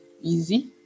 easy